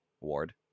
ward